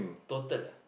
total